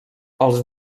als